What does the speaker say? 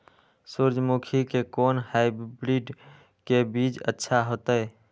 सूर्यमुखी के कोन हाइब्रिड के बीज अच्छा होते?